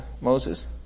Moses